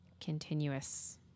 continuous